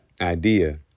idea